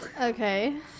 Okay